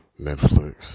Netflix